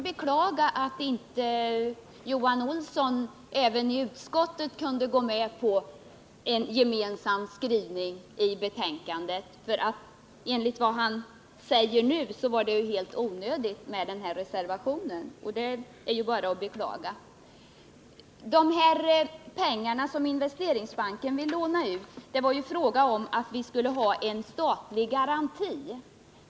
Herr talman! Jag beklagar verkligen att inte Johan Olsson i utskottet kunde gå med på en gemensam skrivning i betänkandet, för mot bakgrund av vad Johan Olsson nu sade var ju den här reservationen helt onödig. Men det är bara att beklaga detta. Johan Olsson talar om de pengar som Investeringsbanken vill låna ut. Men frågan gällde att vi ville ha en statlig garanti.